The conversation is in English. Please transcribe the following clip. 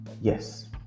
Yes